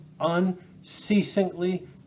unceasingly